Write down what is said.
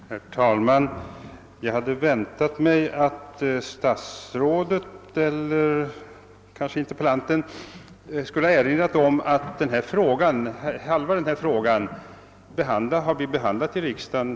Herr talman! Jag hade väntat mig att antingen kommunikationsministern eller interpellanten skulle ha erinrat om att halva den fråga som här diskuteras har behandlats av riksdagen under den månad som gått.